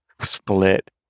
Split